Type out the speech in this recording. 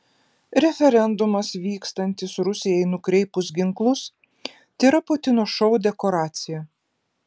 referendumas vykstantis rusijai nukreipus ginklus tėra putino šou dekoracija